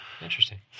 Interesting